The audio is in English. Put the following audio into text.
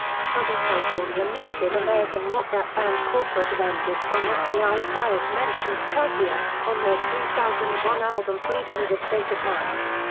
southern california native american rock rap band corporate avenger's song fbi files mentions peltier, on their two thousand and one album freedom is a state of mind.